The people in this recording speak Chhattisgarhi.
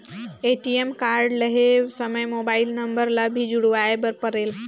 ए.टी.एम कारड लहे समय मोबाइल नंबर ला भी जुड़वाए बर परेल?